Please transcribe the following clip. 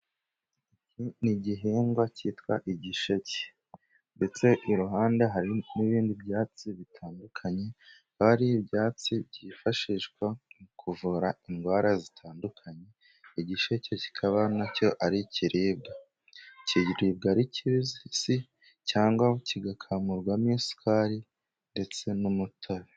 Ni igihingwa cyitwa igisheke, ndetse iruhande hari n'ibindi byatsi bitandukanye biba ari ibyatsi byifashishwa mu kuvura indwara zitandukanye, igisheke kikaba na cyo ari ikiribwa kiribwa ari kibisi cyangwa kigakamurwamo isukari ndetse n'umutobe.